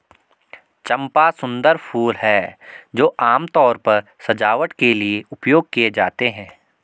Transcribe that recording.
चंपा सुंदर फूल हैं जो आमतौर पर सजावट के लिए उपयोग किए जाते हैं